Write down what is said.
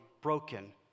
broken